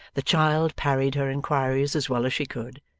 the child parried her inquiries as well as she could,